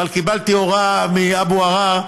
אבל קיבלתי הוראה מאבו עראר,